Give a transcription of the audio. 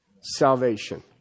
salvation